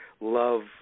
love